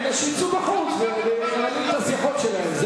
לא מעניין, אז שיצאו החוצה וינהלו את השיחות שלהם.